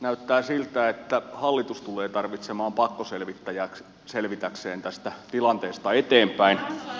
näyttää siltä että hallitus tulee tarvitsemaan pakkoselvittäjää selvitäkseen tästä tilanteesta eteenpäin